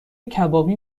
کبابی